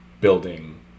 building